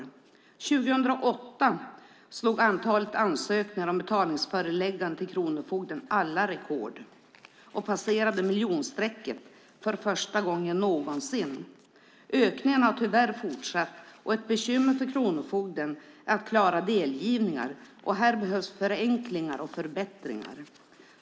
År 2008 slog antalet ansökningar om betalningsförelägganden till kronofogden alla rekord och passerade miljonstrecket för första gången någonsin. Ökningen har tyvärr fortsatt, och ett bekymmer för kronofogden handlar om att klara delgivningar. Här behövs förenklingar och förbättringar.